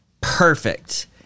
perfect